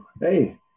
Hey